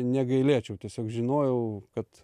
negailėčiau tiesiog žinojau kad